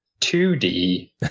2D